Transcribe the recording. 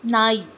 ನಾಯಿ